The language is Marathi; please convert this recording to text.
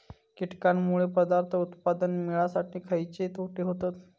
कीटकांनमुळे पदार्थ उत्पादन मिळासाठी खयचे तोटे होतत?